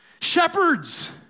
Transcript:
shepherds